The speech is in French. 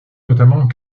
notamment